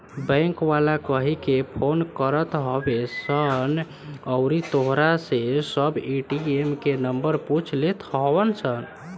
bank वाला कहिके phone करत हवे सन अउरी तोहरा से सब ए.टी.एम के नंबर पूछ लेत हवन सन